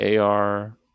ar